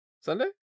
Sunday